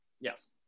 Yes